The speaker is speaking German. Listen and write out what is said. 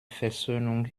versöhnung